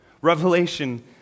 Revelation